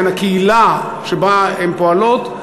בין הקהילה שבה הן פועלות,